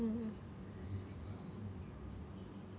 mmhmm